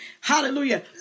Hallelujah